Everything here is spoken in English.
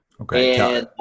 Okay